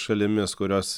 šalimis kurios